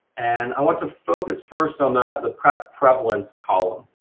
and i want to focus first on ah the prep prevalence column.